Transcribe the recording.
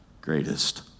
greatest